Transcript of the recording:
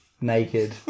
naked